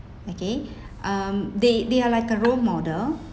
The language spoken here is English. okay um they they are like a role model